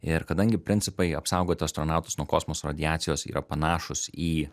ir kadangi principai apsaugot astronautus nuo kosmoso radiacijos yra panašūs į